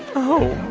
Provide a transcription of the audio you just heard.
oh,